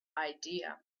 idea